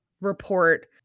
report